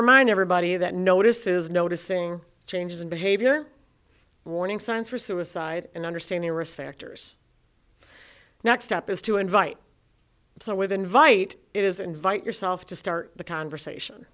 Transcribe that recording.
remind everybody that notices noticing changes in behavior warning signs for suicide and understand the risk factors next step is to invite some with invite it is invite yourself to start the conversation